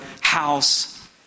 house